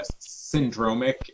syndromic